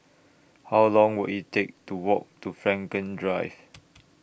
How Long Will IT Take to Walk to Frankel Drive